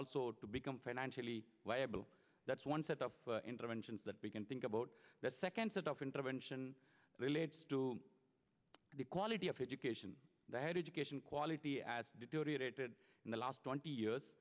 also to become financially viable that's one set of interventions that we can think about that second set of intervention relates to the quality of education that had education quality as deteriorated in the last twenty years